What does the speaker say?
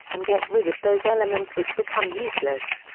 and get rid of those elements which become useless.